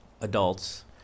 adults